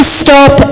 stop